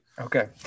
Okay